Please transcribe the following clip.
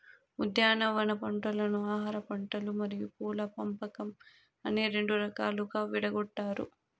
ఉద్యానవన పంటలను ఆహారపంటలు మరియు పూల పంపకం అని రెండు రకాలుగా విడగొట్టారు